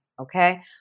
Okay